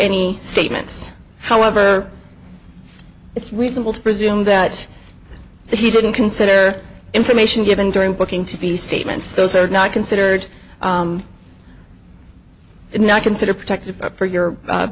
any statements however it's reasonable to presume that he didn't consider information given during booking to be statements those are not considered not considered protected for your